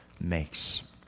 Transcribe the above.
makes